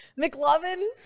McLovin